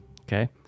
Okay